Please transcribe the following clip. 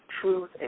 truth